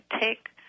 take